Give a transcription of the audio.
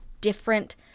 different